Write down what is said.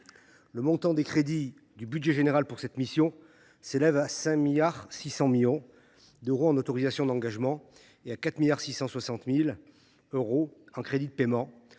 Le montant des crédits du budget général s’élève pour cette mission à 5,6 milliards d’euros en autorisations d’engagement et à 4,66 milliards d’euros en crédits de paiement,